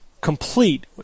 complete